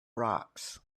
rocks